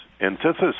antithesis